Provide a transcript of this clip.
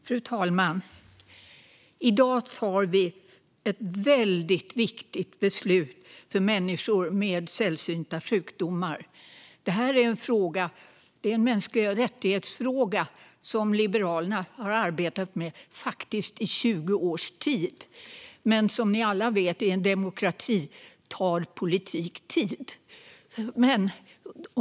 Fru talman! I dag tar vi ett väldigt viktigt beslut för människor med sällsynta sjukdomar. Det är en fråga om mänskliga rättigheter, som Liberalerna faktiskt har arbetet med i 20 år. Men som ni alla vet tar politik tid i en demokrati.